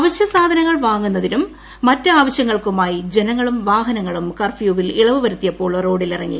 അവിശ്യസാധനങ്ങൾ വാങ്ങുന്നതിനും മറ്റ് ആവശ്യങ്ങൾക്കും ജനങ്ങളും വാഹനങ്ങളും കർഫ്യൂവിൽ ഇളവ് വരുത്തിയപ്പോൾ റോഡിലിറങ്ങി